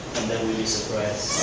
and there will will be surprise.